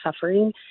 suffering